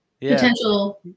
potential